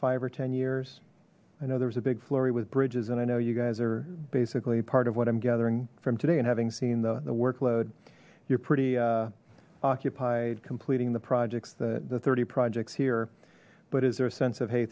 or ten years i know there was a big flurry with bridges and i know you guys are basically part of what i'm gathering from today and having seen the workload you're pretty occupied completing the projects the the thirty projects here but is there a sense of h